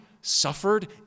suffered